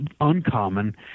uncommon